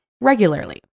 regularly